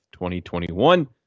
2021